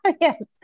Yes